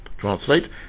translate